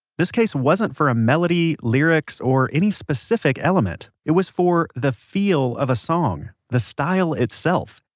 this case wasn't for a melody, lyrics, or any specific element. it was for the feel of a song. the style itself.